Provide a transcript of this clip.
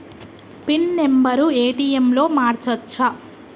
Pin number ATM లో మార్చచ్చా?